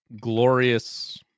glorious